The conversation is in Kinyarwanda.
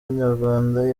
nyarwanda